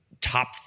Top